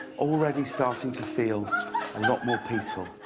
already starting to feel a lot more peaceful.